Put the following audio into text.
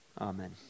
Amen